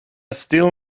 still